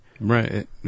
Right